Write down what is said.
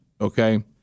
Okay